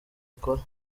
akora